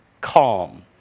calm